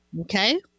okay